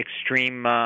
extreme